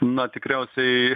na tikriausiai